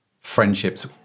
friendships